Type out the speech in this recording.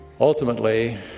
Ultimately